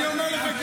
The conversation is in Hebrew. למה אתה כועס?